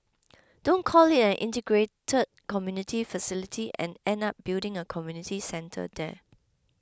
don't call it an integrated community facility and end up building a community centre there